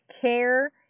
care